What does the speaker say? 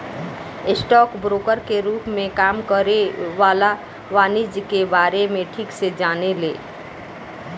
stock broker के रूप में काम करे वाला वाणिज्यिक के बारे में ठीक से जाने ले